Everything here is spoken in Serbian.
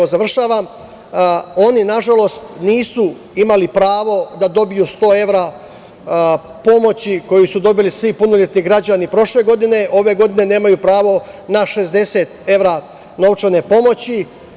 Oni, nažalost, nisu imali pravo da dobiju 100 evra pomoći koju su dobili svi punoletni građani prošle godine, a ni ove godine nemaju pravo na 60 evra novčane pomoći.